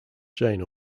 jane